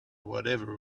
whatever